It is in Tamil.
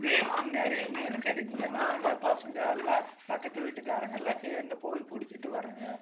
மீன் நிறைய மீன் கிடைக்குங்க நாங்கள் பசங்க எல்லாம் பக்கத்து வீட்டுக்காரங்கெல்லாம் சேர்ந்து போய் பிடிச்சிட்டு வர்றோங்க